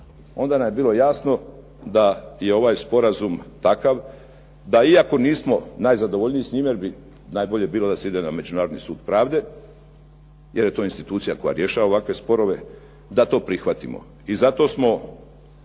onda nam je bilo jasno da je ovaj sporazum takav da iako nismo najzadovoljniji s njime jer bi najbolje bilo da se ide na Međunarodni sud pravde jer je to institucija koja rješava ovakve sporove, da to prihvatimo. I zato smo,